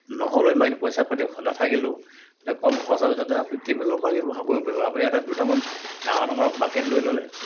নহ'লেও ইমানখিনি পইচা পাতি নেথাকিলেও কম খৰচৰ ভিতৰতে আপুনি টিউবেলৰ পৰা ব্যৱহাৰ কৰিব পাৰিব আপুনি এটা দুটামান ডাঙৰ ডাঙৰ বাকেট লৈ ল'লে